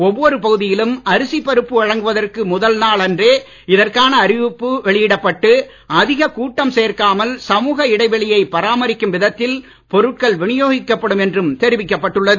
ஒவ்வொரு பகுதியிலும் அரிசி பருப்பு வழங்குவதற்கு முதல் நாள் அன்றே இதற்கான அறிவிப்பு வெளியிடப்பட்டு அதிக கூட்டம் சேர்க்காமல் சமுக இடைவெளியை பராமரிக்கும் வித த்தில் பொருட்கள் விநியோகிக்கப்படும் என்றும் தெரிவிக்கப்பட்டுள்ளது